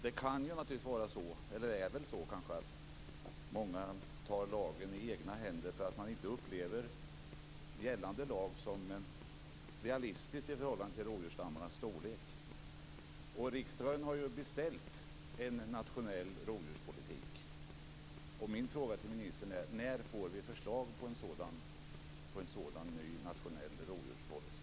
Det kanske är så att många tar lagen i egna händer därför att de inte upplever gällande lag som realistisk i förhållande till rovdjursstammarnas storlek. Riksdagen har ju beställt en nationell rovdjurspolitik. Min fråga till ministern är: När får vi förslag på en sådan ny nationell rovdjurspolicy?